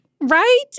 Right